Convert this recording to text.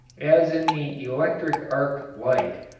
as in the electric arc light,